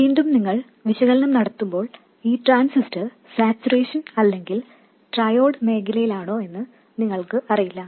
വീണ്ടും നിങ്ങൾ വിശകലനം നടത്തുമ്പോൾ ഈ ട്രാൻസിസ്റ്റർ സാച്ചുറേഷൻ അല്ലെങ്കിൽ ട്രയോഡ് മേഖലയിലാണോ എന്ന് നിങ്ങൾക്ക് അറിയില്ല